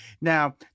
Now